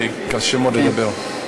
קשה מאוד לדבר.